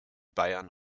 bayern